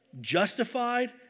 justified